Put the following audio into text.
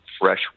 fresh